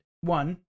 one